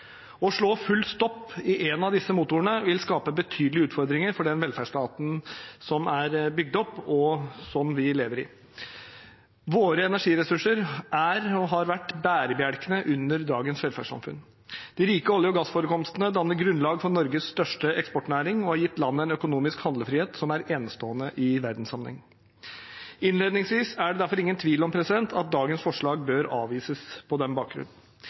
Å slå full stopp i én av disse motorene vil skape betydelige utfordringer for den velferdsstaten som er bygd opp, og som vi lever i. Våre energiressurser er og har vært bærebjelkene under dagens velferdssamfunn. De rike olje- og gassforekomstene danner grunnlag for Norges største eksportnæring og har gitt landet en økonomisk handlefrihet som er enestående i verdenssammenheng. Innledningsvis er det derfor ingen tvil om at dagens forslag bør avvises på den bakgrunn.